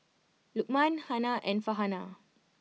Lukman Hana and Farhanah